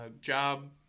job